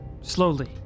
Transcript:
slowly